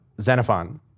Xenophon